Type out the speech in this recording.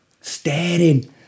Staring